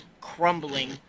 crumbling